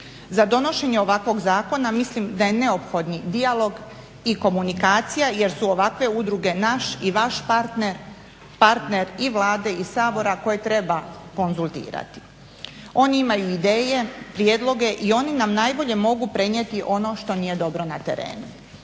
Za donošenje ovakvog zakona mislim da je neophodni dijalog i komunikacija jer su ovakve udruge naš i vaš partner i Vlade i Sabora koje treba konzultirati. Oni imaju ideje, prijedloge i oni nam najbolje mogu prenijeti ono što nije dobro na terenu.